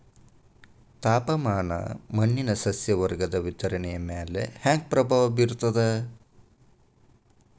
ತಾಪಮಾನ ಮಣ್ಣಿನ ಸಸ್ಯವರ್ಗದ ವಿತರಣೆಯ ಮ್ಯಾಲ ಹ್ಯಾಂಗ ಪ್ರಭಾವ ಬೇರ್ತದ್ರಿ?